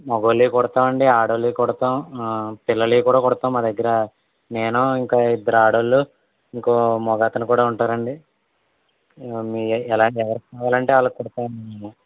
మగవాళ్ళవి కుడతామండి ఆడవాళ్ళవి కుడతాము పిల్లలివి కూడా కుడతాము మా దగ్గర నేనూ ఇంకా ఇద్దరాడవాళ్ళు ఇంకొక మగతను కూడా ఉంటారండి మీకు ఎలా ఎవరికి కావాలంటే అలా కుడతామండి